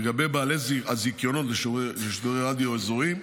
לגבי בעלי הזיכיונות ושידורי רדיו אזוריים,